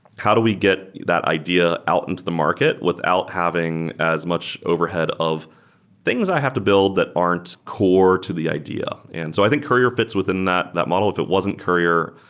how do we get that idea out into the market without having as much overhead of things i have to build that aren't core to the idea? and so i think courier fits within that that model. if it wasn't courier,